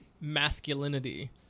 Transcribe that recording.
masculinity